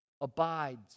abides